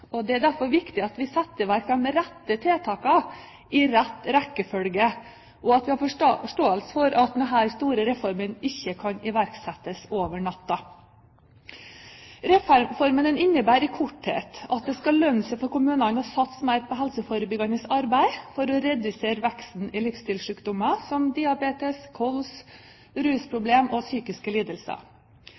Det er derfor viktig at vi setter i verk de rette tiltakene i riktig rekkefølge, og at vi har forståelse for at denne store reformen ikke kan iverksettes over natta. Reformen innebærer i korthet at det skal lønne seg for kommunene å satse mer på helseforebyggende arbeid for å redusere veksten i livsstilssykdommer som diabetes, kols, rusproblemer og psykiske lidelser.